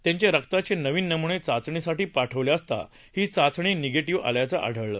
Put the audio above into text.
त्यांचे रक्ताचे नवीन नमुने चाचणीसाठी पाठवले असता ही चाचणी निगेटिव्ह असल्याचं आढळलं